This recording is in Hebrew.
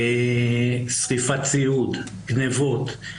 שריפת ציוד, גניבות,